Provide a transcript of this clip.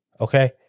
Okay